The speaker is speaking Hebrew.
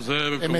זה היה בעזרתך,